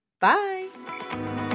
bye